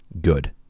good